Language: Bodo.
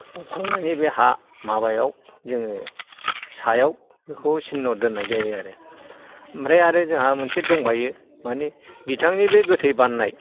फबखांनानै बे हा माबायाव जोङो सायाव बेखौ सिन्न दोन्नाय जायो आरो ओमफ्राय आरो जोंहा मोनसे दंबाङो माने बिथांनि बे गोथै बान्नाय